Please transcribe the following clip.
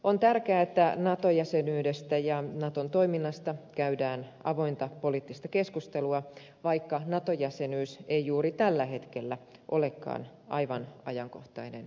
on tärkeää että nato jäsenyydestä ja naton toiminnasta käydään avointa poliittista keskustelua vaikka nato jäsenyys ei juuri tällä hetkellä olekaan aivan ajankohtainen kysymys